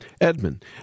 Edmund